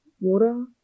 water